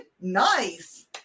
nice